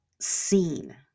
seen